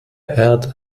erde